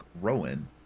Rowan